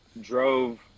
drove